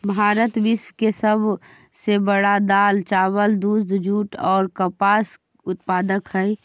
भारत विश्व के सब से बड़ा दाल, चावल, दूध, जुट और कपास उत्पादक हई